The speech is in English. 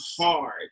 hard